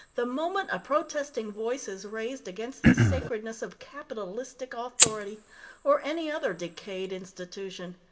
the moment a protesting voice is raised against the sacredness of capitalistic authority or any other decayed institution.